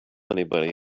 anybody